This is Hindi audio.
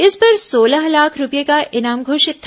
इस पर सोलह लाख रूपये का इनाम घोषित था